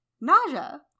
Nausea